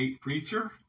preacher